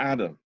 Adam